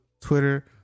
Twitter